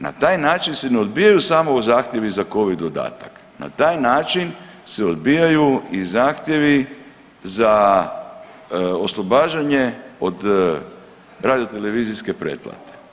Na taj način se ne odbijaju samo zahtjevi za Covid dodatak, na taj način se odbijaju i zahtjevi za oslobađanje od radiotelevizijske pretplate.